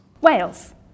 Wales